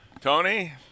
Tony